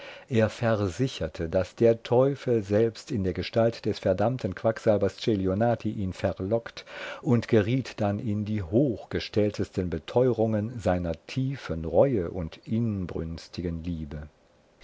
er versicherte daß der teufel selbst in der gestalt des verdammten quacksalbers celionati ihn verlockt und geriet dann in die hochgestelltesten beteurungen seiner tiefen reue und inbrünstigen liebe